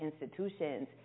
institutions